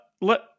let